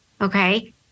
okay